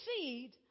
seed